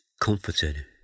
comforted